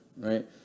right